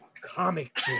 comic